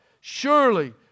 Surely